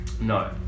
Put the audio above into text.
No